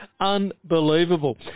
unbelievable